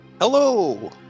Hello